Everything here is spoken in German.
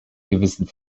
gewissen